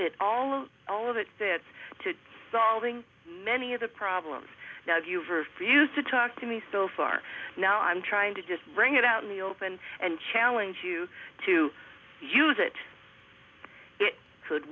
all all of that there to solving many of the problems now you've refused to talk to me so far now i'm trying to just bring it out in the open and challenge you to use it it could